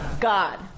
God